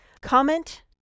comment